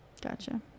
Gotcha